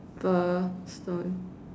paper stone